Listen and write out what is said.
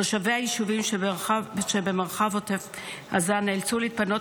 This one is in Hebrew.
תושבי היישובים שבמרחב עוטף עזה נאלצו להתפנות